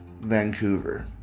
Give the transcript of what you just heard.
Vancouver